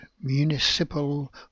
municipal